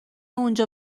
اونجا